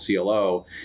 CLO